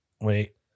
wait